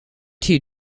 two